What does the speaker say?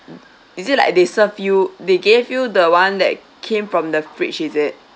is it like they serve you they gave you the one that came from the fridge is it